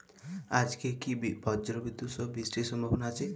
আজকে কি ব্রর্জবিদুৎ সহ বৃষ্টির সম্ভাবনা আছে?